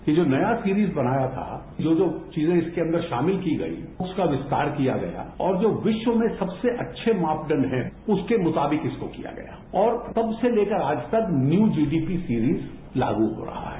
ये जो नया सीरीज बनाया था ये जो चीजें इसके अंदर शामिल की गई उसका विस्तार किया गया और जो विश्व में सबसे अच्छे मापदंड हैं उसके मुताबिक इसको किया गया और तब से लेकर आज तक न्यू जीडीपी सीरीज लागू हो रहा है